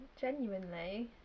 Genuinely